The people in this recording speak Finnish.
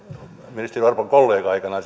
ministeri orpon kollega aikanaan